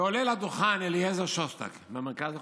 ועולה לדוכן אליעזר שוסטק מהמרכז החופשי,